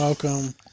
Welcome